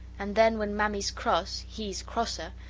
and then when mammy's cross, he's crosser,